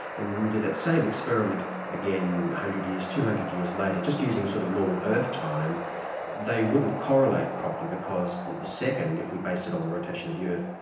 and then you did that same experiment again a hundred years, two hundred years later, just using sort of normal earth time they wouldn't correlate properly because the the second, if we based it on the rotation of the earth,